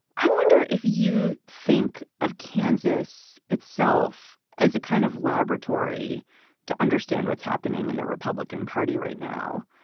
i wonder if you think of kansas itself as a kind of laboratory to understand what's happening in the republican party right now,